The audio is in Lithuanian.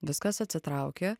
viskas atsitrauki